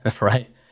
right